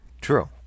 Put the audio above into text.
True